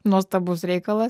nuostabus reikalas